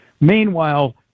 Meanwhile